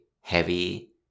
heavy